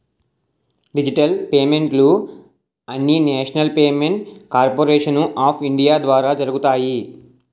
digital పేమెంట్లు అన్నీనేషనల్ payment corporation of India ద్వారా జరుగుతాయి